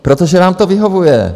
Protože vám to vyhovuje.